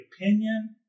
opinion